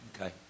Okay